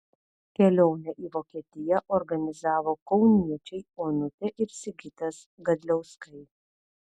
kelionę į vokietiją organizavo kauniečiai onutė ir sigitas gadliauskai